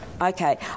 Okay